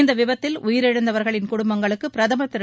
இந்த விபத்தில் உயிரிழந்தவர்களின் குடும்பங்களுக்கு பிரதமர் திரு